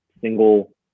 single